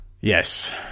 Yes